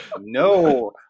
no